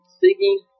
singing